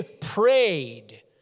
prayed